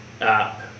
app